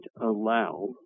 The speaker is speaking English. allow